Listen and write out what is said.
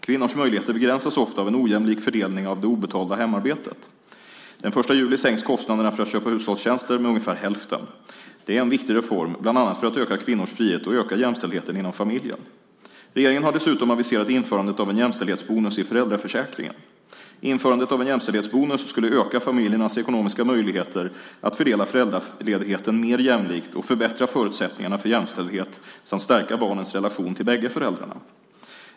Kvinnors möjligheter begränsas ofta av en ojämlik fördelning av det obetalda hemarbetet. Den 1 juli sänks kostnaderna för att köpa hushållstjänster med ungefär hälften. Det är en viktig reform bland annat för att öka kvinnors frihet och öka jämställdheten inom familjen. Regeringen har dessutom aviserat införandet av en jämställdhetsbonus i föräldraförsäkringen. Införandet av en jämställdhetsbonus skulle öka familjernas ekonomiska möjligheter att fördela föräldraledigheten mer jämlikt och förbättra förutsättningarna för jämställdhet samt stärka barnens relation till bägge föräldrarna.